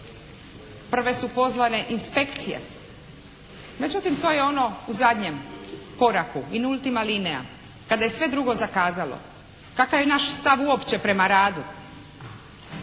prve su pozvane inspekcije, međutim to je ono u zadnjem koraku i nultima linea kada je sve drugo zakazalo. Kakav je naš stav uopće prema radu.